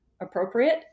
appropriate